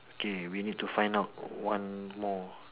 okay we need to find out one more